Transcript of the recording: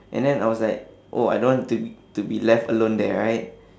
and then I was like oh I don't want to be to be left alone there right